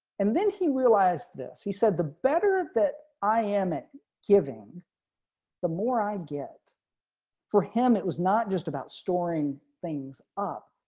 and then he realized this, he said, the better that i am it giving the more i get for him. it was not just about storing things up.